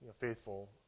faithful